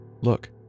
Look